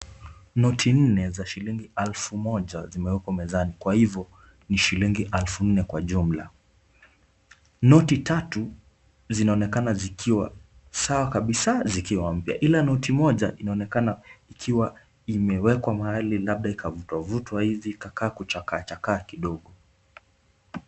Noti nne za shilingi alfu moja zimeekwa mezani kwa hivo, ni shilingi alfu nne kwa jumla. Noti tatu zinaonekana zikiwa sawa kabisa zikiwa mpya, ila noti moja inaonekana ikiwa imeekwa mahali labda ikavutwavutwa hivi ikakaa kuchakaa chakaa kidogo.